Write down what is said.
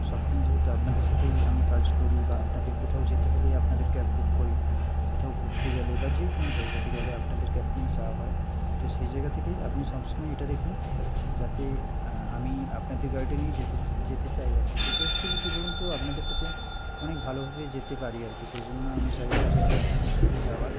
সব দিন যেহেতু আপনাদের সাথেই আমি কাজ করি বা আপনাদের কোথাও যেতে হলেই আপনাদের ক্যাব বুক করি কোথাও ঘুরতে গেলে বা যে কোনও জায়গাতে গেলে আপনাদের ক্যাব নিয়ে যাওয়া হয় তো সেই জায়গা থেকে আপনি সবসময় এটা দেখবেন যাতে আমি আপনাদের গাড়িটা নিয়েই যেতে যেতে চাই আর কি যেতে অ্যাকচুয়ালি কী বলুন তো আপনাদেরটাতে অনেক ভালোভাবেই যেতে পারি আর কি সেই জন্য আমি চাইবো যে আপনাদেরটার সাথেই যাওয়ার